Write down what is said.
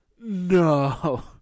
No